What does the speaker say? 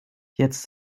jetzt